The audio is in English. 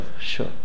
sure